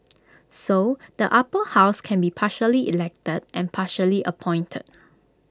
so the Upper House can be partially elected and partially appointed